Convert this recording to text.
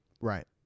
Right